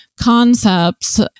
concepts